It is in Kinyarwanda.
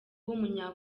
w’umunya